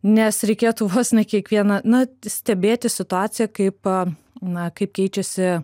nes reikėtų vos ne kiekvieną nu stebėti situaciją kaip a na kaip keičiasi